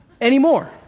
anymore